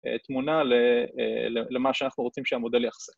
תמונה למה שאנחנו רוצים שהמודל יחסוך